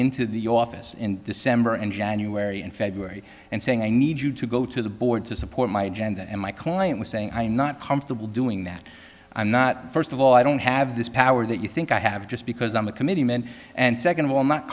into the office in december and january and february and saying i need you to go to the board to support my gender and my client was saying i'm not comfortable doing that i'm not first of all i don't have this power that you think i have just because i'm a committee men and second of all i'm not